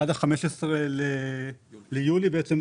עד ה-15 ביולי בעצם,